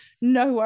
No